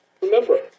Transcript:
remember